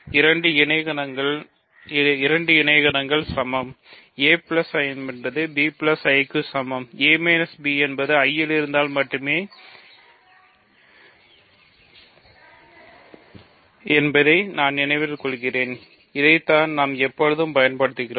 இரண்டு இணைக்கணங்கள் சமம் a I என்பது bI க்கு சமம் a b என்பது I ல் இருந்தால் மட்டுமே என்பதை நான் நினைவில் கொள்கிறேன் இதைதான் நாம் எப்போதும் பயன்படுத்துகிறோம்